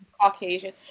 caucasian